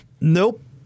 Nope